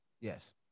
Yes